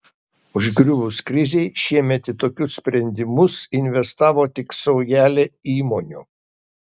užgriuvus krizei šiemet į tokius sprendimus investavo tik saujelė įmonių